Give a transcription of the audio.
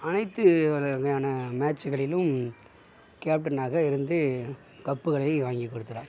அனைத்து வகை வகையான மேட்சுகளிலும் கேப்டனாக இருந்து கப்புகளை வாங்கி கொடுக்கிறார்